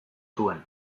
zuen